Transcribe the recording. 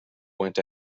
went